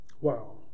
wow